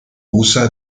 usa